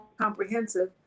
comprehensive